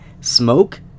Smoke